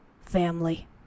family